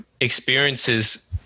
experiences